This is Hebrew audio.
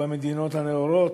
במדינות הנאורות.